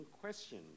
question